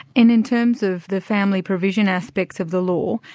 in in terms of the family provision aspects of the law,